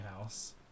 house